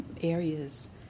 areas